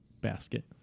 basket